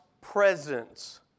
presence